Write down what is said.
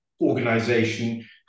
organization